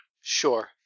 Sure